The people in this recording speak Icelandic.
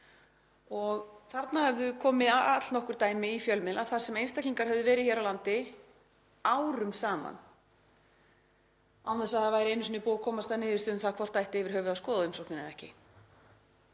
Þarna höfðu komið allnokkur dæmi í fjölmiðlum um einstaklinga sem höfðu verið hér á landi árum saman án þess að það væri einu sinni búið að komast að niðurstöðu um hvort það ætti yfir höfuð að skoða umsóknina eða ekki.